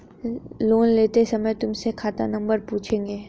loan लेते समय तुमसे खाता नंबर पूछेंगे